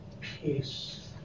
Peace